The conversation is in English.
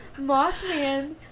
Mothman